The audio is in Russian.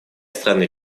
страны